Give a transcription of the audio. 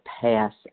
pass